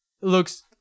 looks